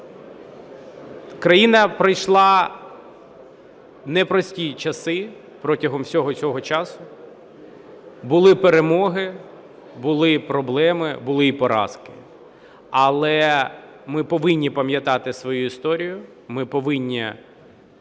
Країна пройшла непрості часи протягом всього цього часу. Були перемоги. Були і проблеми. Були і поразки. Але ми повинні пам'ятати свою історію. Ми повинні,